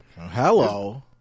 Hello